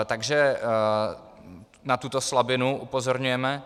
Takže na tuto slabinu upozorňujeme.